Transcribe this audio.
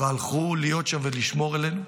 והלכו להיות שם ולשמור עלינו.